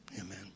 Amen